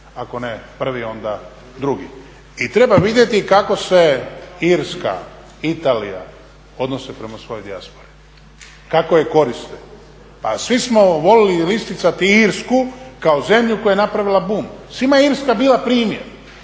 ako ne prvi onda drugi. I treba vidjeti kako se Irska, Italija odnose prema svojoj dijaspori, kako je koriste. A svi smo volili isticati Irsku kao zemlju koja je napravila bum. Svima je Irska bila primjer,